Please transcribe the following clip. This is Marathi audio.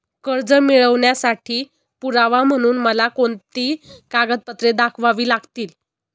कर्ज मिळवण्यासाठी पुरावा म्हणून मला कोणती कागदपत्रे दाखवावी लागतील?